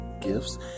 gifts